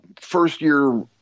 first-year